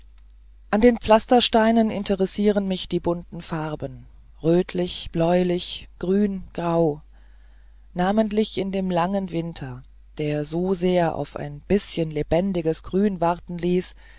an den pflastersteinen interessieren mich die bunten farben rötlich bläulich grün grau namentlich in dem langen winter der so sehr auf ein bißchen lebendiges grün warten ließ